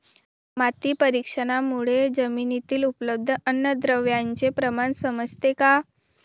माती परीक्षणामुळे जमिनीतील उपलब्ध अन्नद्रव्यांचे प्रमाण समजते का?